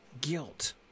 guilt